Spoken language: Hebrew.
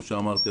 הוא שאמרתי,